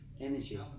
energy